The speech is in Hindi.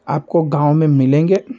आपको गाँव में मिलेंगे